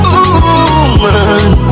Woman